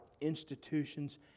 institutions